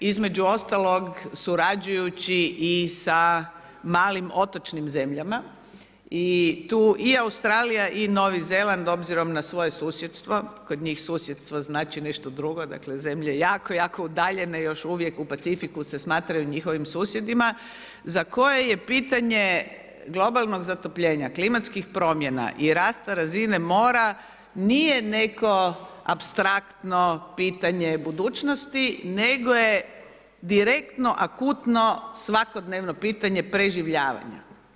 Između ostalog surađujući i sa malim otočnim zemljama i tu i Australija i Novi Zeland obzirom na svoje susjedstvo, kod njih susjedstvo znači nešto drugo, dakle, zemlje jako jako udaljene, još uvijek u Pacifiku se smatraju njihovim susjedima, za koje je pitanje globalnog zatopljenja, klimatskih promjena i rasta razine mora, nije neko apstraktno pitanje budućnosti, nego je direktno akutno, svakodnevno pitanje preživljavanje.